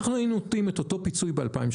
אנחנו היינו נותנים את אותו פיצוי ב-2018.